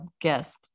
guest